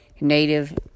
native